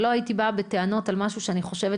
ולא הייתי באה בטענות על משהו שאני חושבת